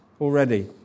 already